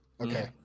Okay